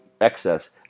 excess